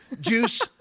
juice